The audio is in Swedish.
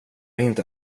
inte